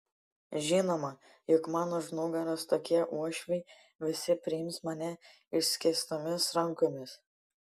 žinoma juk man už nugaros tokie uošviai visi priims mane išskėstomis rankomis